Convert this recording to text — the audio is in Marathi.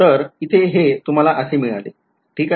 तर इथे हे तुम्हाला असे मिळाले ठीक आहे